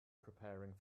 preparing